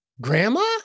Grandma